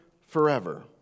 forever